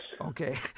Okay